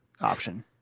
option